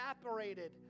evaporated